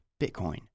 Bitcoin